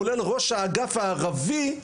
כולל ראש האגף הערבי,